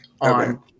on